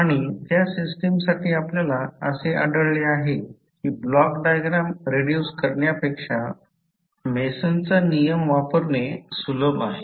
आणि त्या सिस्टमसाठी आपल्याला असे आढळले आहे की ब्लॉक डायग्राम रिड्युस करण्यापेक्षा मॅसनचा नियम वापरणे सुलभ आहे